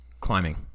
Climbing